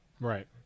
Right